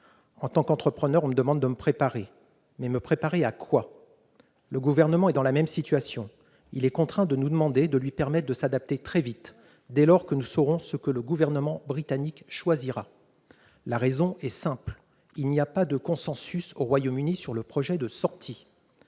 En tant qu'entrepreneur, on me demande de me préparer ; mais me préparer à quoi ? Le Gouvernement est dans la même situation : il est contraint de nous demander de lui permettre de s'adapter très vite, dès lors que nous saurons ce que le Gouvernement britannique choisira. La raison en est simple : il n'y a pas de consensus au Royaume-Uni sur le projet de sortie.